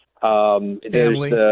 family